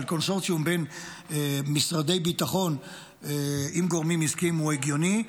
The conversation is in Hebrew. של קונסורציום בין משרדי ביטחון עם גורמים עסקיים הוא הגיוני.